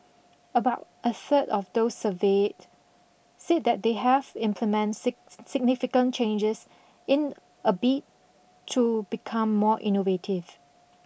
about a third of those surveyed said that they have implement sit significant changes in a bid to become more innovative